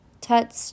touch